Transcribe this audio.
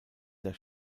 der